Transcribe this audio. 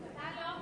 אתה לא,